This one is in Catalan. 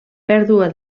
pèrdua